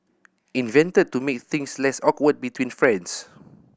invented to make things less awkward between friends